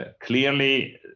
Clearly